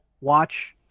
watch